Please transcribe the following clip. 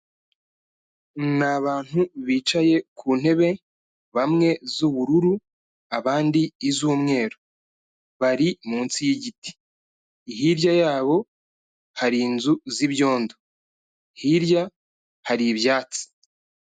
Ni abantu bicaye ku ntebe bamwe z'ubururu abandi iz'umweru bari munsi yigiti hirya yabo hari inzu zi'ibyondo hirya hari ibyatsi.